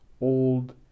old